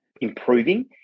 improving